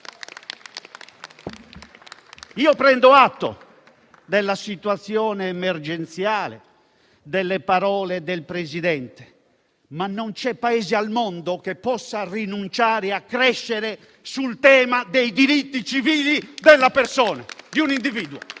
Prendo atto della situazione emergenziale, delle parole del Presidente, ma non c'è Paese al mondo che possa rinunciare a crescere sul tema dei diritti civili della persona, di un individuo.